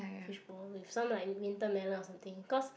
fishball with some like winter melon or something cause